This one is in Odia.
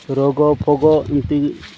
ରୋଗ ଫୋଗ ଏମିତି